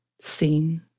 Seen